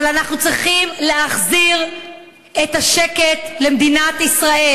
אבל אנחנו צריכים להחזיר את השקט למדינת ישראל.